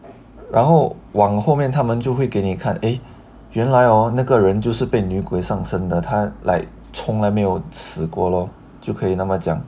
然后往后面他们就会给你看诶原来那个人就是被女鬼上身的他 like 从来没有死过 lor 就可以那么讲